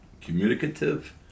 communicative